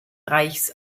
reichs